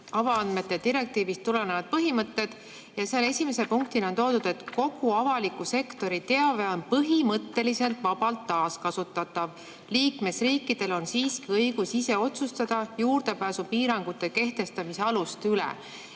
avaandmete direktiivist tulenevad põhimõtted" ning seal on esimese punktina toodud: "Kogu avaliku sektori teave on põhimõtteliselt vabalt taaskasutatav, liikmesriikidel on siiski õigus ise otsustada juurdepääsupiirangute kehtestamise aluste üle."